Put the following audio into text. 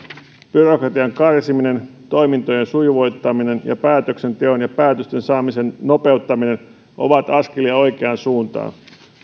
byrokratian karsiminen toimintojen sujuvoittaminen ja päätöksenteon ja päätösten saamisen nopeuttaminen ovat askelia oikeaan suuntaan